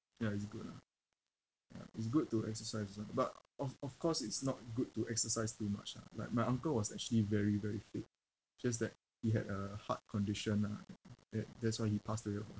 ya it's good lah ya it's good to exercise also but of of course it's not good to exercise too much lah like my uncle was actually very very fit just that he had a heart condition lah that that's why he passed away of